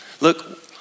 look